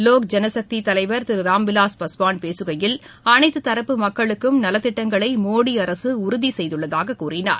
லோக் ஜன்சக்திதலைவர் திருராம்விலாஸ் பாஸ்வான் பேசுகையில் அனைத்துதரப்பு மக்களுக்கும் நலத்திட்டங்களைமோடிஅரசுஉறுதிசெய்துள்ளதாகக் கூறினார்